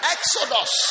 Exodus